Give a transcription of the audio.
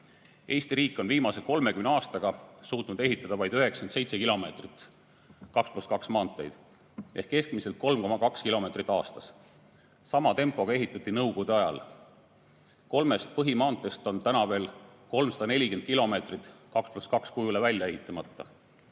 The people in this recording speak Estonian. Eesti riik on viimase 30 aastaga suutnud ehitada vaid 97 kilomeetrit 2 + 2 maanteid ehk keskmiselt 3,2 kilomeetrit aastas. Sama tempoga ehitati Nõukogude ajal. Kolmest põhimaanteest on veel 340 kilomeetrit 2 + 2 kujule välja ehitamata.